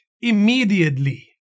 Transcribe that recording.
immediately